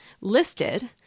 listed